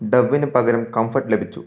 ഡവിന് പകരം കംഫർട്ട് ലഭിച്ചു